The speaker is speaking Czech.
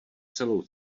celou